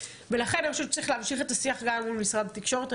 אני חושבת שצריך להמשיך את השיח גם מול משרד התקשורת.